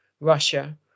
Russia